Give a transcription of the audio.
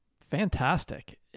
Fantastic